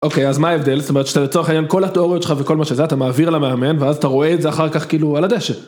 אוקיי, אז מה ההבדל? זאת אומרת שאתה לצורך העניין כל התיאוריות שלך וכל מה שזה, אתה מעביר למאמן, ואז אתה רואה את זה אחר כך כאילו על הדשא.